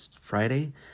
Friday